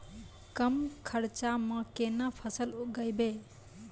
कम खर्चा म केना फसल उगैबै?